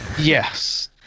Yes